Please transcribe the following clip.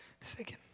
Second